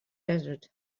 desert